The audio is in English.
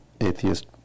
atheist